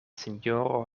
sinjoro